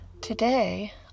Today